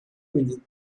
ببینی